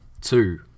Two